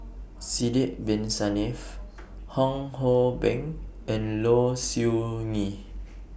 Sidek Bin Saniff Fong Hoe Beng and Low Siew Nghee